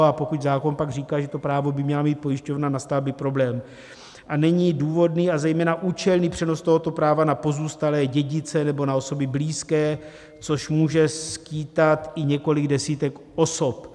A pokud zákon pak říká, že to právo by měla mít pojišťovna, nastal by problém, a není důvodný, a zejména účelný přenos tohoto práva na pozůstalé dědice nebo na osoby blízké, což může skýtat i několik desítek osob.